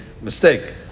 mistake